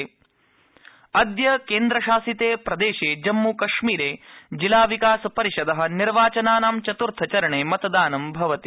जम्मूकश्मीर निर्वाचनम् अद्य केन्द्रशासिते प्रदेशे जम्मूकश्मीरे जिलाविकासपरिषद निर्वाचनानां चतुर्थचरणे मतदानं भवति